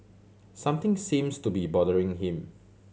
something seems to be bothering him